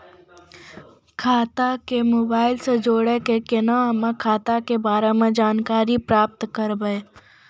खाता के मोबाइल से जोड़ी के केना हम्मय खाता के बारे मे जानकारी प्राप्त करबे?